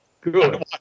Good